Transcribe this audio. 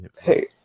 Hey